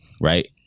right